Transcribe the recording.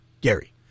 Gary